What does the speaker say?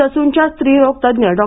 ससूनच्या स्त्री रोग तज्ज्ञ डॉ